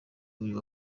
uyu